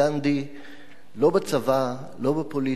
לא בצבא, לא בפוליטיקה, לא בשום מקום.